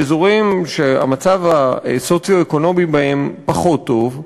באזורים שהמצב הסוציו-אקונומי בהם פחות טוב,